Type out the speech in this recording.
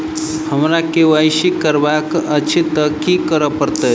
हमरा केँ Y C करेवाक अछि तऽ की करऽ पड़तै?